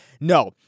No